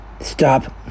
Stop